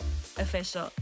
official